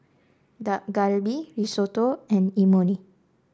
Dak Galbi Risotto and Imoni